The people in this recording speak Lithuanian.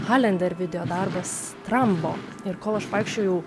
halin dar videodarbas trambo ir kol aš vaikščiojau